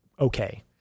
okay